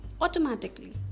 automatically